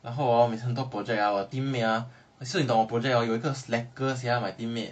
然后哦没想到 hor 没想到我的 project ah 我 teammate ah 可是你懂 hor 我的 project 有一个 slacker sia my teammate